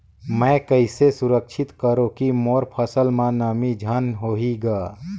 मैं कइसे सुरक्षित करो की मोर फसल म नमी झन होही ग?